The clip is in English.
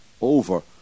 over